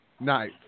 Nice